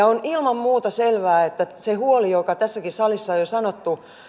on ilman muuta selvää että se huoli joka tässäkin salissa on jo sanottu